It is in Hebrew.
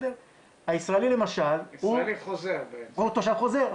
הישראלי למשל הוא תושב חוזר,